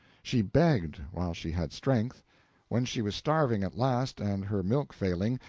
she begged, while she had strength when she was starving at last, and her milk failing,